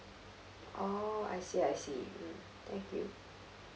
oh I see I see mm thank you